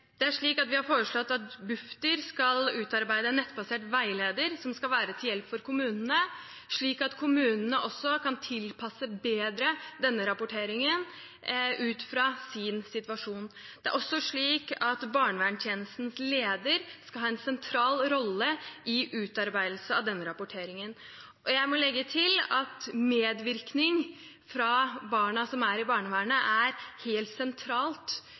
Vi har foreslått at Bufdir skal utarbeide en nettbasert veileder som skal være til hjelp for kommunene, slik at kommunene kan tilpasse denne rapporteringen bedre ut fra sin situasjon. Det er også slik at barnevernstjenestens leder skal ha en sentral rolle i utarbeidelsen av denne rapporteringen. Jeg må legge til at medvirkning fra barna som er i barnevernet, er helt sentralt